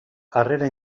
harrera